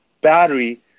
battery